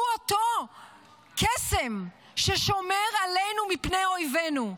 הוא אותו קסם ששומר עלינו מפני אויבינו.